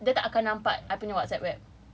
dia tak akan nampak I punya WhatsApp web